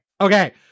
Okay